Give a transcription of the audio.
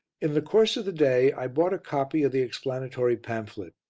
in the course of the day i bought a copy of the explanatory pamphlet.